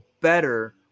better